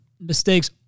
mistakes